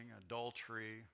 adultery